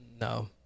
no